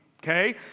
Okay